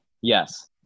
Yes